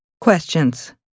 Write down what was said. Questions